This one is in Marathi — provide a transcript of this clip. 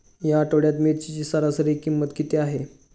या आठवड्यात मिरचीची सरासरी किंमत किती आहे?